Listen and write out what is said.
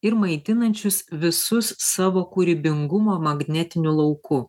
ir maitinančius visus savo kūrybingumo magnetiniu lauku